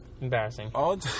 Embarrassing